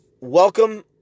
welcome